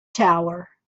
tower